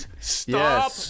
stop